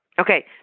Okay